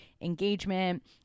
engagement